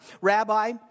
Rabbi